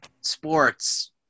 sports